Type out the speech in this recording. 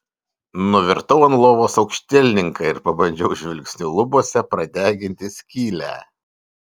nuvirtau ant lovos aukštielninka ir pabandžiau žvilgsniu lubose pradeginti skylę